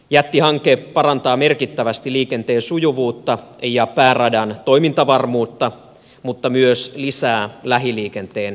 jättihanke parantaa merkittävästi liikenteen sujuvuutta ja pääradan toimintavarmuutta mutta myös lisää lähiliikenteen junatarjontaa